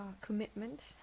commitment